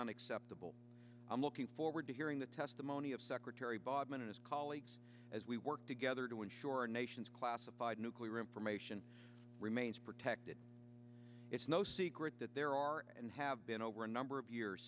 unacceptable i'm looking forward to hearing the testimony of secretary bodman and his colleagues as we work together to ensure our nation's classified nuclear information remains protected it's no secret that there are and have been over a number of years